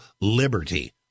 liberty